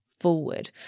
forward